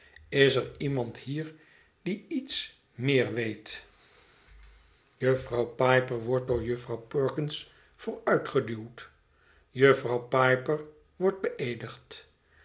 is er iemand hier die iets meer weet jufvrouw piper wordt door jufvrouw perkins vooruitgeduwd jufvrouw piper wordt beëedigd